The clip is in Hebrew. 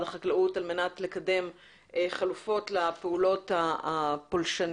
החקלאות על מנת לקדם חלופות לפעולות הפולשניות,